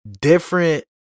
different